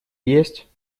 есть